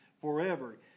forever